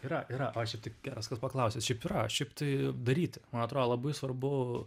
yra yra o šiaip tai geras kad paklausėt šiaip yra šiaip tai daryti man atrodo labai svarbu